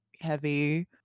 heavy